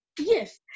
Yes